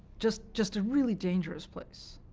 just just a really dangerous place.